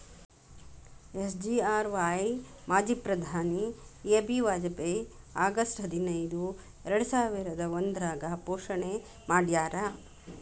SGRY ಮಾಜಿ ಪ್ರಧಾನಿ A B Vajpayee August ಹದಿನೈದು ಎರ್ಡಸಾವಿರದ ಒಂದ್ರಾಗ ಘೋಷಣೆ ಮಾಡ್ಯಾರ